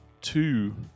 two